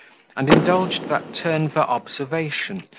and indulged that turn for observation,